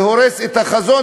והורס את החזון,